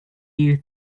you